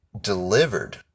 delivered